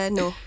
no